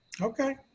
Okay